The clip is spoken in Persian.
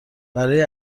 برای